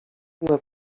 jedna